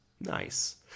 Nice